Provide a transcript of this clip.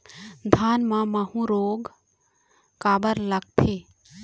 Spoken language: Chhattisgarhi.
धान म माहू रोग काबर लगथे?